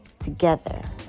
together